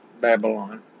Babylon